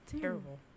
Terrible